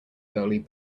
goalie